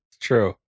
True